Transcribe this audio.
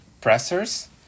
pressers